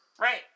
Right